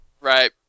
Right